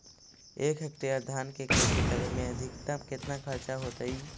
एक हेक्टेयर धान के खेती करे में अधिकतम केतना खर्चा होतइ?